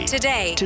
Today